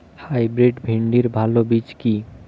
Hybrid ভিন্ডির ভালো বীজ কি?